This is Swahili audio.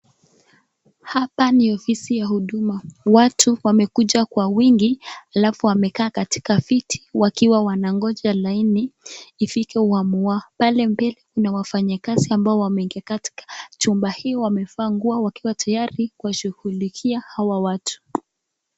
Hapa ni ofisi ya huduma. Watu wamekuja kwa wingi alafu wamekaa katika viti wakiwa wanangoja laini ifike awamu wao. Pale mbele kuna wafanyakazi ambao wameingia katika chumba hii wamevaa nguo wakiwa tayari kuwashughulikia hawa watu.